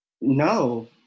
No